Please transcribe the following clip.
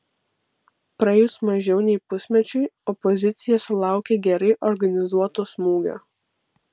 praėjus mažiau nei pusmečiui opozicija sulaukė gerai organizuoto smūgio